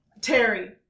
Terry